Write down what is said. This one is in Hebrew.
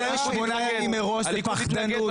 שמונה ימים מראש, זאת פחדנות.